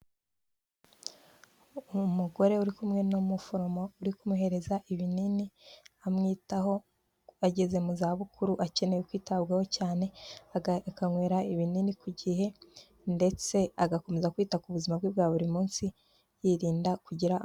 Umugore uri kumwe n'umuforomo uri kumuhereza ibinini amwitaho, ageze mu za bukuru akeneye kwitabwaho cyane, akanywera ibinini ku gihe ndetse agakomeza kwita ku buzima bwe bwa buri munsi yirinda kugira.